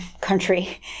country